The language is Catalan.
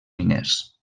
miners